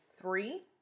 three